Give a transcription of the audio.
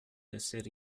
eser